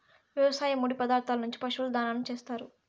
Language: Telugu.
వ్యవసాయ ముడి పదార్థాల నుంచి పశువుల దాణాను చేత్తారు